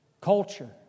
Culture